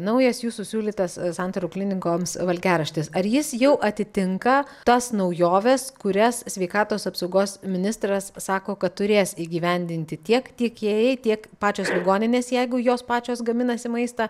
naujas jūsų siūlytas santaros klinikoms valgiaraštis ar jis jau atitinka tas naujoves kurias sveikatos apsaugos ministras sako kad turės įgyvendinti tiek tiekėjai tiek pačios ligoninės jeigu jos pačios gaminasi maistą